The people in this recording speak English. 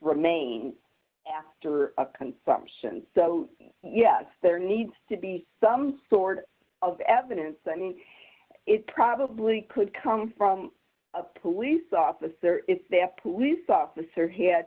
remains after a consumption so yes there needs to be some sort of evidence i mean it probably could come from a police officer if their police officer had